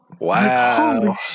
Wow